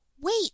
Wait